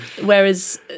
Whereas